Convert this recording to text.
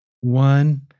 One